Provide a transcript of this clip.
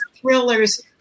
thrillers